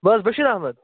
بہٕ حظ بشیٖر احمد